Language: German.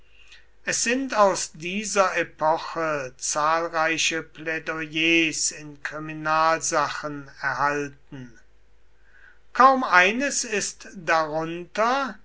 es sind aus dieser epoche zahlreiche plädoyers in kriminalsachen erhalten kaum eines ist darunter